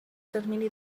termini